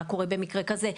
מה קורה במקרה כזה,